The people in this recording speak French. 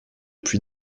plus